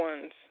ones